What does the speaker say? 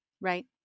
Right